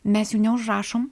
mes jų neužrašom